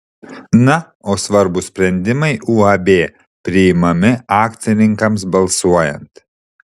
na o svarbūs sprendimai uab priimami akcininkams balsuojant